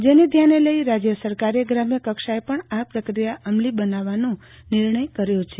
જેને ધ્યાને લઈ રાજ્ય સરકારે ગ્રામ્યકક્ષાએ પણ આ પ્રક્રિયા અમલી બનાવવાનો નિર્ણય કર્યો છે